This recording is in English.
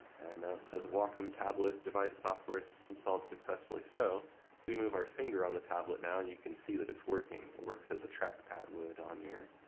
and now it says, wacom tablet device software so installed successfully. so if we move our finger on the tablet now, you can see that it's working. it works as a trackpad would on your